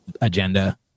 agenda